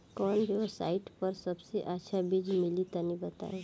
कवन वेबसाइट पर सबसे अच्छा बीज मिली तनि बताई?